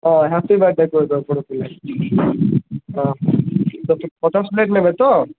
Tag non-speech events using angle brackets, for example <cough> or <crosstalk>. ଓଃ happy birthday ମୋ ତରଫରୁ <unintelligible> ପଚାଶ ପ୍ଲେଟ୍ ନେବେ ତ